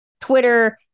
Twitter